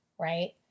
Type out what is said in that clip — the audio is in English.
right